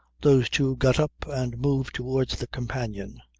those two got up and moved towards the companion,